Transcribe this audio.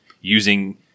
using